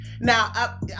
Now